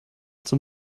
zum